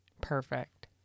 Perfect